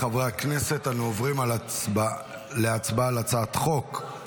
חברי הכנסת, אנחנו עוברים להצבעה על הצעת חוק.